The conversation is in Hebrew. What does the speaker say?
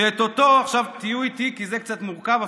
ועכשיו תהיו איתי כי זה קצת מורכב,